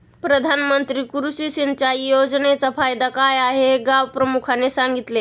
प्रधानमंत्री कृषी सिंचाई योजनेचा फायदा काय हे गावप्रमुखाने सांगितले